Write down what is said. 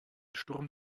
sturm